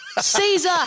Caesar